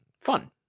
fun